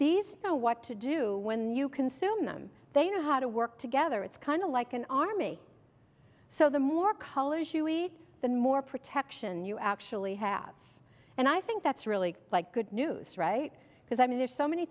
these know what to do when you consume them they know how to work together it's kind of like an army so the more colors you eat the more protection you actually have and i think that's really like good news right because i mean there's so many